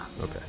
Okay